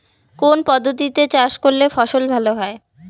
কোন পদ্ধতিতে চাষ করলে ফসল ভালো হয়?